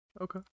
okay